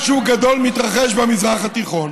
משהו גדול מתרחש במזרח התיכון,